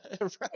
Right